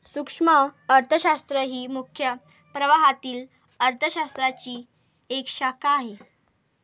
सूक्ष्म अर्थशास्त्र ही मुख्य प्रवाहातील अर्थ शास्त्राची एक शाखा आहे